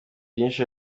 byinshi